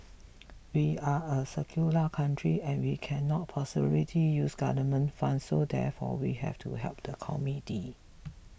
we are a secular country and we cannot possibility use government funds so therefore we have to help the community